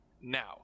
Now